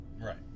Right